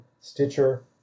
Stitcher